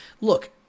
look